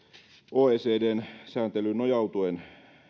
oecdn sääntelyyn nojautuen